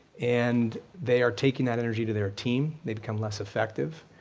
and they are taking that energy to their team, they become less effective,